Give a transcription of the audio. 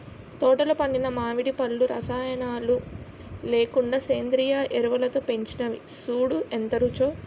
తోటలో పండిన మావిడి పళ్ళు రసాయనాలు లేకుండా సేంద్రియ ఎరువులతో పెంచినవి సూడూ ఎంత రుచో